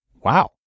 Wow